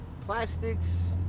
plastics